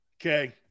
Okay